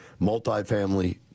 multifamily